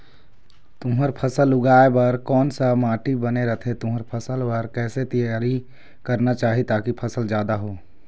तुंहर फसल उगाए बार कोन सा माटी बने रथे तुंहर फसल बार कैसे तियारी करना चाही ताकि फसल जादा हो?